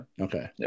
Okay